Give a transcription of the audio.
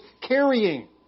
carrying